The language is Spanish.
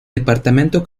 departamento